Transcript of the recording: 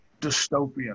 dystopian